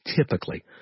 typically